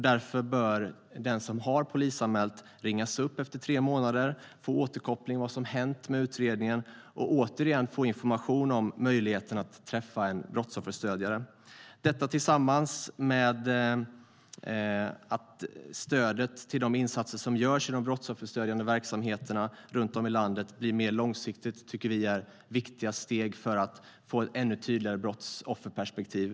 Därför bör den som har polisanmält ringas upp efter tre månader och få återkoppling angående vad som har hänt med utredningen samt återigen få information om möjligheten att träffa en brottsofferstödjare. Detta tillsammans med att stödet till de insatser som görs i de brottsofferstödjande verksamheterna runt om i landet blir mer långsiktigt tycker vi är viktiga steg för att vi ska få ett ännu tydligare brottsofferperspektiv.